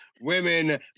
women